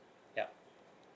yup